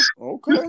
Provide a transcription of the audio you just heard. Okay